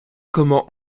comment